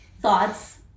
thoughts